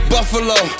Buffalo